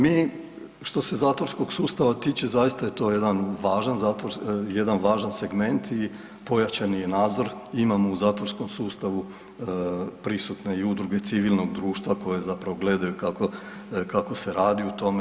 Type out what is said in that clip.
Mi što se zatvorskog sustava tiče zaista je to jedan važan segment i pojačani je nadzor, imamo u zatvorskom sustavu prisutne i udruge civilnog društva koje zapravo gledaju kako se radi u tome.